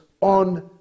on